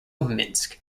minsk